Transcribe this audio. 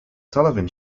sullivan